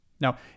Now